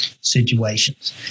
situations